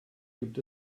gibt